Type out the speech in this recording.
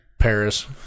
Paris